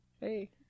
Hey